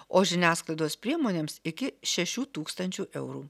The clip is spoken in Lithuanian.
o žiniasklaidos priemonėms iki šešių tūkstančių eurų